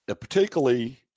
Particularly